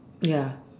ya